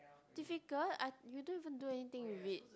difficult I you don't even do anything with it